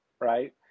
right